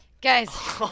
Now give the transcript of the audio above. Guys